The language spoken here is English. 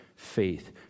faith